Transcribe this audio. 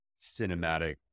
cinematic